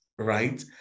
right